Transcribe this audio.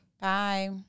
Bye